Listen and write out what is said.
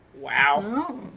Wow